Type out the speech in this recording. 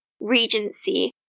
Regency